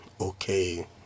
okay